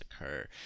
occur